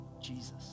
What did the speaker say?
Jesus